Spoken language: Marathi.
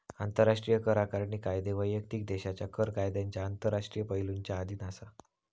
आंतराष्ट्रीय कर आकारणी कायदे वैयक्तिक देशाच्या कर कायद्यांच्या आंतरराष्ट्रीय पैलुंच्या अधीन असा